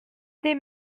des